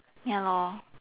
ya lor